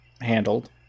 handled